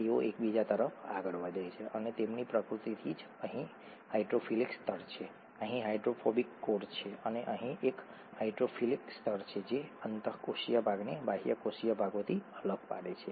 તેઓ એકબીજા તરફ આગળ વધે છે અને તેમની પ્રકૃતિથી જ અહીં હાઇડ્રોફિલિક સ્તર છે અહીં હાઇડ્રોફોબિક કોર છે અને અહીં એક હાઇડ્રોફિલિક સ્તર છે જે અંતઃકોશીય ભાગને બાહ્યકોષીય ભાગોથી અલગ પાડે છે